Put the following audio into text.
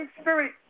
Spirit